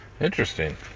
Interesting